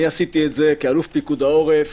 אני עשיתי את זה כאלוף פיקוד העורף